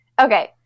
okay